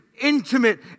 intimate